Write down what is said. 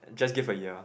just give a year